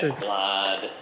blood